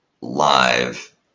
live